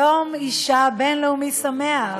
יום אישה בין-לאומי שמח.